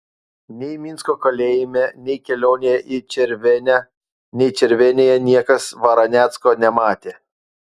nei minsko kalėjime nei kelionėje į červenę nei červenėje niekas varanecko nematė